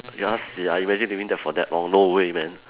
ya sia imagine living that for that long no way man